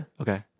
Okay